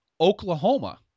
Oklahoma